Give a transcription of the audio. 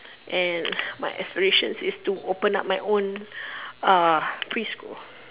and my aspiration is to open my own uh preschool